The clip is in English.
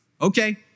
Okay